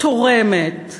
תורמת ומפתחת,